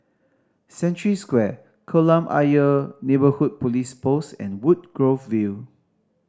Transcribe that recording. Century Square Kolam Ayer Neighbourhood Police Post and Woodgrove View